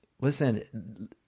Listen